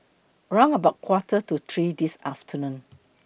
round about Quarter to three This afternoon